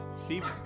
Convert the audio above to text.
Steve